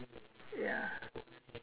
ya